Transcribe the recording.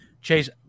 Chase